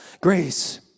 grace